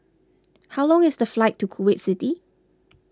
how long is the flight to Kuwait City